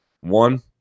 One